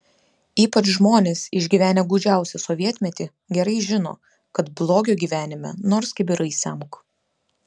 ypač žmonės išgyvenę gūdžiausią sovietmetį gerai žino kad blogio gyvenime nors kibirais semk